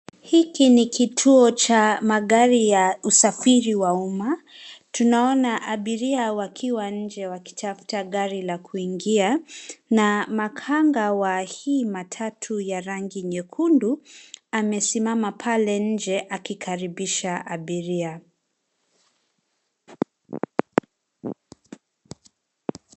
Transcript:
Hiki ni kituo cha magari ya usafiri wa umma. Tunaona abiria wakiwa nje wakitafuta gari la kuingia na makanga wa hii matatu ya rangi nyekundu amesimama pale nje akikaribisha abiria.